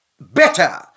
better